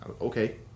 Okay